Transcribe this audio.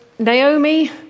Naomi